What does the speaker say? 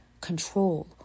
control